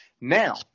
Now